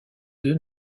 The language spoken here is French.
deux